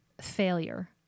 failure